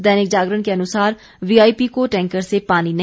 दैनिक जागरण के अनुसार वीआईपी को टैंकर से पानी नहीं